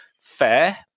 fair